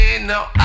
no